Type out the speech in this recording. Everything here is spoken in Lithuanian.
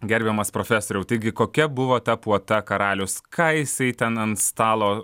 gerbiamas profesoriau taigi kokia buvo ta puota karalius ką jisai ten ant stalo